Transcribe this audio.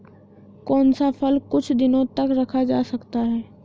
कौन सा फल कुछ दिनों तक रखा जा सकता है?